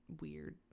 weird